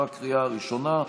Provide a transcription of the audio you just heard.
לקריאה הראשונה.